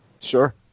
Sure